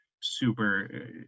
super